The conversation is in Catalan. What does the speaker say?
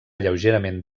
lleugerament